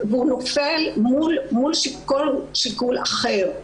הוא נופל מול כל שיקול אחר.